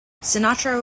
sinatra